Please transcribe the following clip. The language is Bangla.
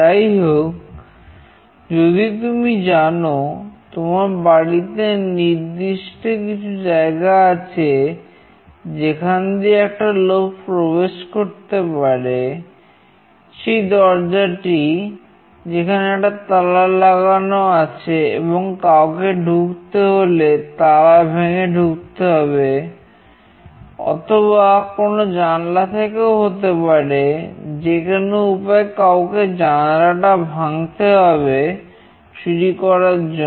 যাই হোক যদি তুমি জানো তোমার বাড়িতে নির্দিষ্ট কিছু জায়গা আছে যেখান দিয়ে একটা লোক প্রবেশ করতে পারে সেই দরজাটি যেখানে একটা তালা লাগানো আছে এবং কাউকে ঢুকতে হলে তালা ভেঙে ঢুকতে হবে অথবা কোন জানলা থেকেও হতে পারে যে কোনো উপায়ে কাউকে জানলাটা ভাঙতে হবে চুরি করার জন্য